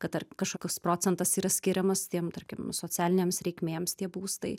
kad ar kažkokius procentas yra skiriamas tiem tarkim socialinėms reikmėms tie būstai